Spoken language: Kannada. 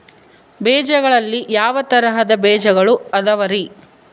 ಬೇಜಗಳಲ್ಲಿ ಯಾವ ತರಹದ ಬೇಜಗಳು ಅದವರಿ?